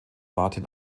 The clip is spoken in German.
martin